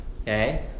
okay